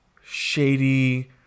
shady